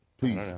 Please